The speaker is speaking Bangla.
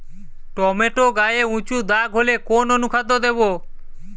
টমেটো গায়ে উচু দাগ হলে কোন অনুখাদ্য দেবো?